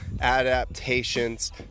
adaptations